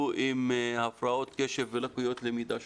עם הפרעות קשב ולקויות למידה שונות.